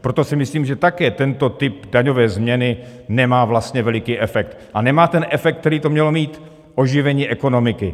Proto si myslím, že také tento typ daňové změny nemá vlastně velký efekt a nemá ten efekt, který to mělo mít, oživení ekonomiky.